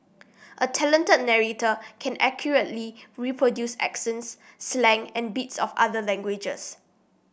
a talented narrator can accurately reproduce accents slang and bits of other languages